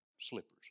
slippers